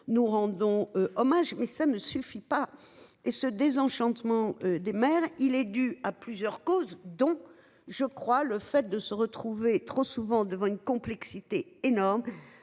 nous rendons hommage. Mais ça ne suffit pas et ce désenchantement des mères, il est dû à plusieurs causes dont je crois le fait de se retrouver trop souvent devant une complexité énorme